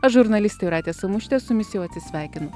aš žurnalistė jūratė samušytė su jumis jau atsisveikinu